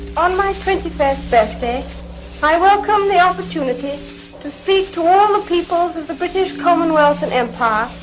on my twenty-first birthday i welcome the opportunity to speak to all the peoples of the british commonwealth and empire,